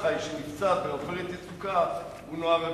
מי שנפצע ב"עופרת יצוקה" הוא נוער הגבעות.